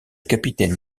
capitaine